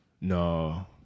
No